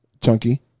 Chunky